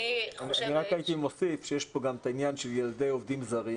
אני רק הייתי מוסיף שיש פה גם את העניין של ילדי עובדים זרים